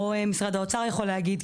או משרד האוצר יכול להגיד,